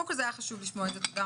זה היה חשוב לשמוע את זה.